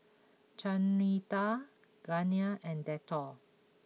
Chanira Garnier and Dettol